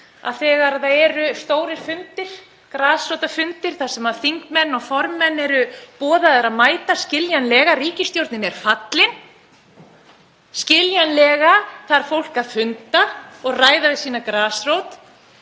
þegar það eru stórir fundir, grasrótarfundir þar sem þingmenn og formenn eru boðaðir — skiljanlega, ríkisstjórnin er fallin. Skiljanlega þarf fólk að funda og ræða við sína grasrót.